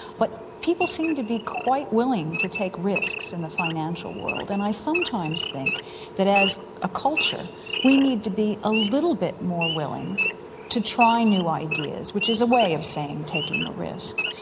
but people seem to be quite willing to take risks in the financial world, and i sometimes think that as a culture we need to be a little bit more willing to try new ideas, which is a way of saying taking a risk.